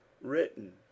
written